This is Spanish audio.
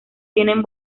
tienen